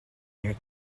your